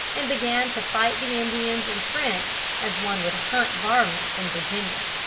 and began to fight the indians and french as one would hunt varmints in virginia.